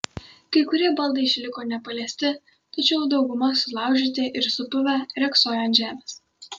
kai kurie baldai išliko nepaliesti tačiau dauguma sulaužyti ir supuvę riogsojo ant žemės